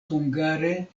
hungare